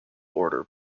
order